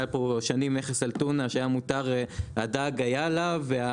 היה פה שנים מכס על טונה, שהיה מותר הדג היה עליו.